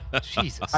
Jesus